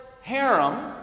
harem